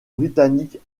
britanniques